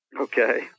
Okay